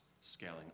scaling